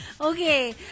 Okay